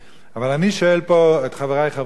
אבל אני שואל פה את חברי חברי הכנסת.